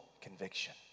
conviction